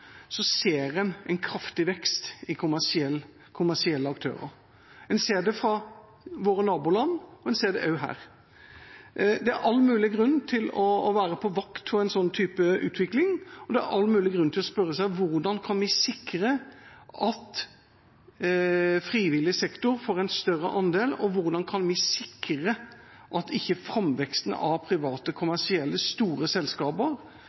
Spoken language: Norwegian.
ser en en kraftig vekst i kommersielle aktører. En ser det i våre naboland. En ser det også her. Det er all mulig grunn til å være på vakt overfor en sånn type utvikling. Det er all mulig grunn til å spørre seg: Hvordan kan vi sikre at frivillig sektor får en større andel, og hvordan kan vi sikre at framveksten av private, kommersielle store selskaper